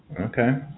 Okay